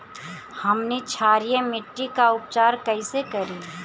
हमनी क्षारीय मिट्टी क उपचार कइसे करी?